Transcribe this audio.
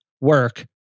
work